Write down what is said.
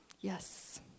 Yes